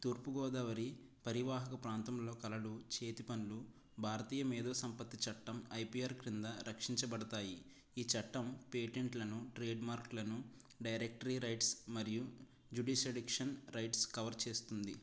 తూర్పుగోదావరి పరివాహక ప్రాంతంలో కళలు చేతి పనులు భారతీయ మేదో సంపత్తి చట్టం ఐపీఆర్ క్రింద రక్షించబడతాయి ఈ చట్టం పేటెంట్లను ట్రేడ్ మార్క్లను డైరెక్ట్రీ రైట్స్ మరియు జుడిస్ అడిక్షన్ రైట్స్ కవర్ చేస్తుంది